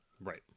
Right